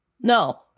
No